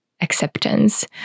acceptance